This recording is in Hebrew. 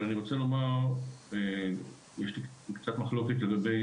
אבל אני רוצה לומר שיש לי קצת מחלוקת לגבי